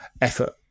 effort